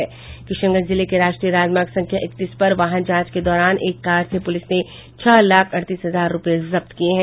किशनगंज जिले के राष्ट्रीय राजमार्ग संख्या इकतीस पर वाहन जांच के दौरान एक कार से पुलिस ने छह लाख अड़तीस हजार रुपये जब्त किये है